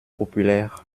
populaire